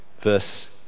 verse